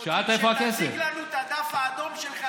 וכשאין כסף,